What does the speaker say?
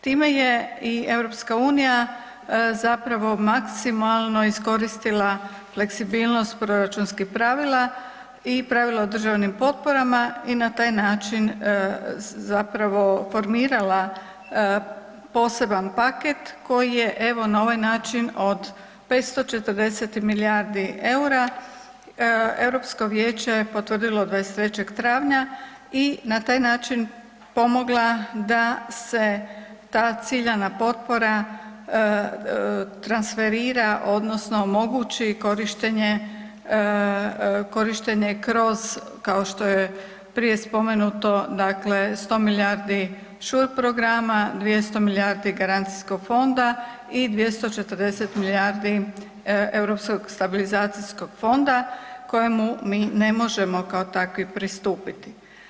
Time je i EU maksimalno iskoristila fleksibilnost proračunskih pravila i pravilo o državnim potporama i na taj način formirala poseban paket koji je na ovaj način od 540 milijardi eura Europsko Vijeće potvrdilo 23. travnja i na taj način pomogla da se ta ciljana potpora transferira odnosno omogući korištenje kroz kao što je prije spomenuto 100 milijardi SURE programa, 200 milijardi Garancijskog fonda i 240 milijardi Europskog stabilizacijskog fonda kojemu mi ne možemo kao takvi pristupiti.